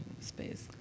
space